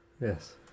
Yes